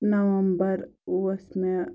نومبر اوس مےٚ